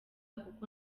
kuko